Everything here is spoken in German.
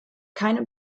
keine